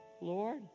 Lord